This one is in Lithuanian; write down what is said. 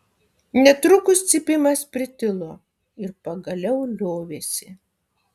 netrukus cypimas pritilo ir pagaliau liovėsi